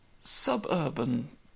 Suburban